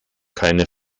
keine